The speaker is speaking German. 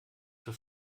für